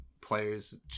Players